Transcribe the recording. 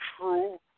true